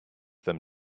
them